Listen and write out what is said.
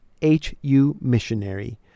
HUMissionary